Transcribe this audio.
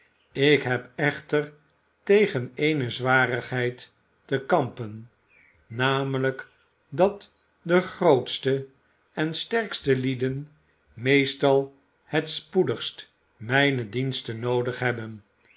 ik heb echter tegen ééne zwarigheid te kampen namelijk dat de grootste en sterkste lieden meestal het spoedigst mijne diensten noodig hebben